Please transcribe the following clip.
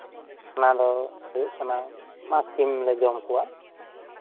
ᱚᱱᱟ ᱫᱚ ᱦᱩᱭᱩᱜ ᱠᱟᱱᱟ ᱢᱟᱜᱽ ᱥᱤᱢᱞᱮ ᱡᱚᱢ ᱠᱚᱣᱟ